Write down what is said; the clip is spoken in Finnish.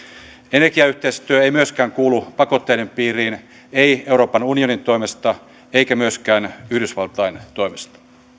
energiayhteistyö ei myöskään kuulu pakotteiden piiriin ei euroopan unionin toimesta eikä myöskään yhdysvaltain toimesta